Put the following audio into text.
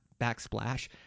backsplash